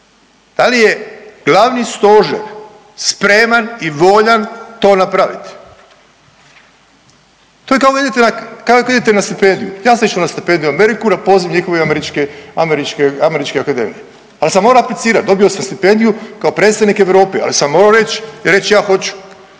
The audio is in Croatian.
Da li je glavni stožer spreman i voljan to napraviti? To je kao da idete na stipendiju. Ja sam išao na stipendiju u Ameriku, na poziv njihove američke akademije, pa sam morao aplicirati. Dobio sam stipendiju kao predstavnik Europe, ali sam morao reći ja hoću